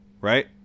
right